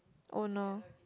oh no